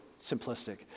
simplistic